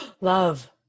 Love